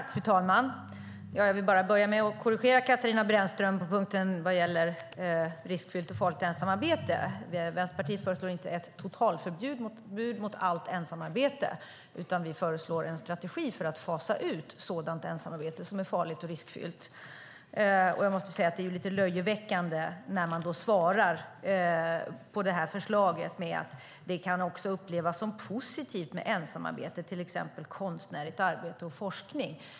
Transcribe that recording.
Fru talman! Jag vill börja med att korrigera Katarina Brännström på den punkt som gäller riskfyllt och farligt ensamarbete. Vänsterpartiet föreslår inte ett totalförbud mot allt ensamarbete, utan vi föreslår en strategi för att fasa ut sådant ensamarbete som är farligt och riskfyllt. Jag måste säga att det är lite löjeväckande när man då svarar på det här förslaget med att säga: Det kan också upplevas som positivt med ensamarbete, till exempel konstnärligt arbete och forskning.